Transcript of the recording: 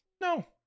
No